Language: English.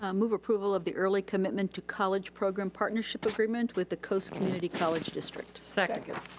um move approval of the early commitment to college program partnership agreement with the coast community college district. second.